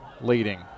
leading